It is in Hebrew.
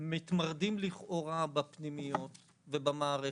שמתמרדים לכאורה בפנימיות ובמערכת,